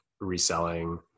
reselling